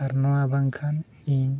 ᱟᱨ ᱱᱚᱣᱟ ᱵᱟᱝᱠᱷᱟᱱ ᱤᱧ